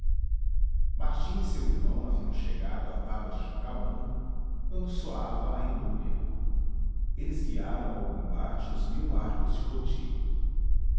e seu irmão haviam chegado à taba de jacaúna quando soava a inúbia eles guiaram ao combate os mil arcos de poti